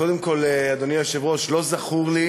קודם כול, אדוני היושב-ראש, לא זכור לי